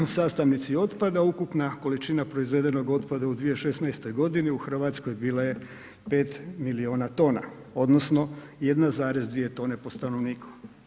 Sastavnici otpada, ukupna količina proizvedenog otpada u 2016. g. u Hrvatskoj bila je 5 milijuna tona odnosno 1,2 tone po stanovniku.